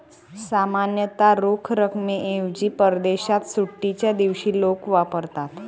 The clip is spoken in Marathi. सामान्यतः रोख रकमेऐवजी परदेशात सुट्टीच्या दिवशी लोक वापरतात